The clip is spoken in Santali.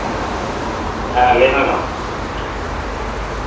ᱦᱮᱸ ᱞᱟᱹᱭᱢᱮ ᱢᱟ